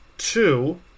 Two